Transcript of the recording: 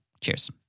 Cheers